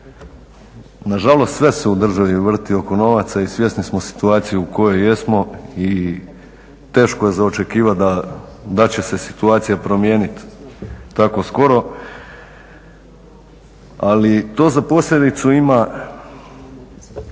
Nažalost, sve se u državi vrti oko novaca i svjesni smo situacije u kojoj jesmo i teško je za očekivati da će se situacija promijeniti tako skoro. Ali, to za posljedicu ima